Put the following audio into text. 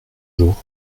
jour